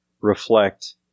reflect